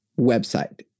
website